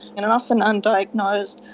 and often undiagnosed.